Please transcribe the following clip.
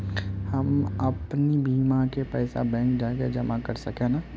हम अपन बीमा के पैसा बैंक जाके जमा कर सके है नय?